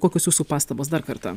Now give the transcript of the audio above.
kokios jūsų pastabos dar kartą